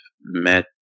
met